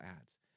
Ads